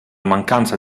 mancanza